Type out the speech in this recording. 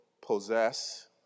possess